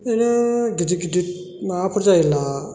बिदिनो गिदिर गिदिर माबाफोर जायोब्ला